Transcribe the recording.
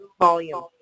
volume